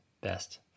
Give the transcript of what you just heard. best